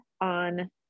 on